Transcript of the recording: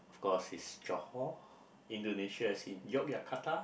is Johore Indonesia as in Yogyakarta